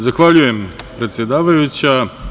Zahvaljujem, predsedavajuća.